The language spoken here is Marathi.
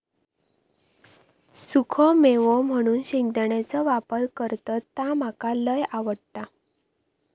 सुखो मेवो म्हणून शेंगदाण्याचो वापर करतत ता मका लय आवडता